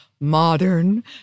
modern